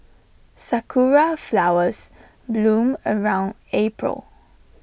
Sakura Flowers bloom around April